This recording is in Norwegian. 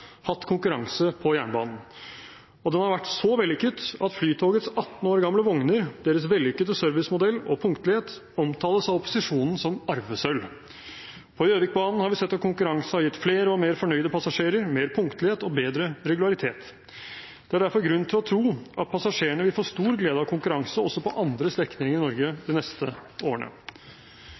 hatt konkurranse på jernbanen, og den har vært så vellykket at Flytogets 18 år gamle vogner, deres vellykkede servicemodell og punktlighet omtales av opposisjonen som arvesølv. På Gjøvikbanen har vi sett at konkurranse har gitt flere og mer fornøyde passasjerer, mer punktlighet og bedre regularitet. Det er derfor grunn til å tro at passasjerene vil få stor glede av konkurranse også på andre strekninger i Norge de neste årene.